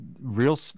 real